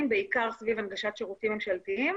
בעיקר סביב הנגשת שירותים ממשלתיים